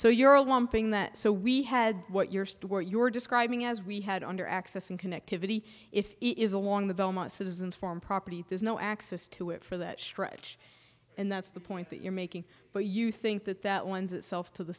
so you're a lumping that so we had what your store you were describing as we had under access and connectivity if it is along the belmont citizens farm property there's no access to it for that stretch and that's the point that you're making but you think that that lends itself to the